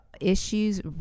issues